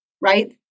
right